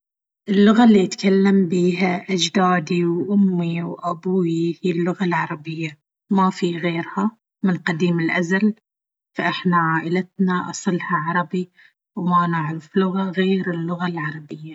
اللغة اللي يتكلم بيها أجدادي وامي وابويي هي اللغة العربية مافي غيرها من قديم الأزل فإحنا عائلتنا أصلها عربي وما نعرف لغة غير اللغة العربية فقط.